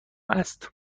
است